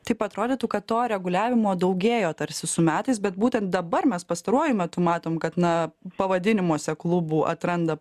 taip atrodytų kad to reguliavimo daugėjo tarsi su metais bet būtent dabar mes pastaruoju metu matom kad na pavadinimuose klubų atranda